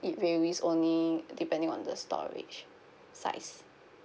it varies only depending on the storage size